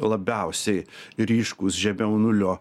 labiausiai ryškūs žemiau nulio